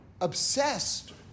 obsessed